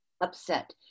upset